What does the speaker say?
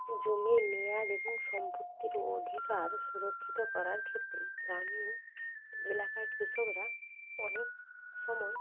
জমির মেয়াদ এবং সম্পত্তির অধিকার সুরক্ষিত করার ক্ষেত্রে গ্রামীণ এলাকায় কৃষকরা অনেক সময়